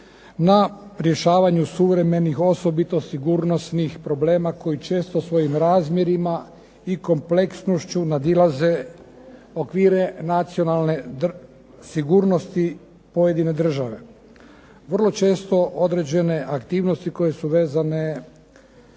na rješavanju suvremenih osobito sigurnosnih problema koji često svojim razmjerima i kompleksnošću nadilaze okvire nacionalne sigurnosti pojedine države. Vrlo često određene aktivnosti koje su vezane